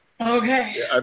Okay